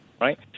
right